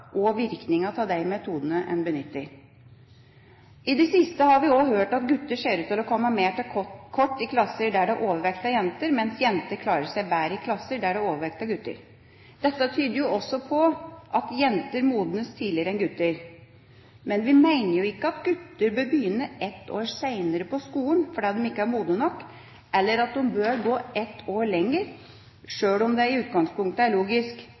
og virkningene av de metodene en benytter. I det siste har vi også hørt at gutter ser ut til å komme mer til kort i klasser der det er overvekt av jenter, mens jenter klarer seg bedre i klasser der det er overvekt av gutter. Dette tyder også på at jenter modnes tidligere enn gutter. Men vi mener jo ikke at gutter bør begynne ett år seinere på skolen fordi de ikke er modne nok, eller at de bør gå ett år lenger, sjøl om det i utgangspunktet er logisk